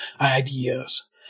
ideas